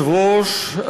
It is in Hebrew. אדוני היושב-ראש,